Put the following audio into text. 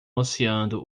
oceano